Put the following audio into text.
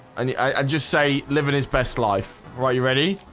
and i just say live in his best life right? you ready?